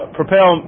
propel